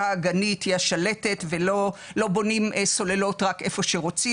האגנית היא השלטת ולא בונים סוללות רק איפה שרוצים,